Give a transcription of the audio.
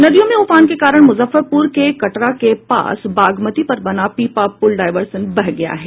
नदियों में उफान के कारण मुजफ्फरपुर के कटरा के पास बागमती पर बना पीपा पुल डायवर्सन बह गया है